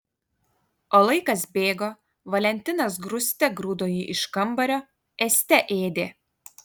o laikas bėgo valentinas grūste grūdo jį iš kambario ėste ėdė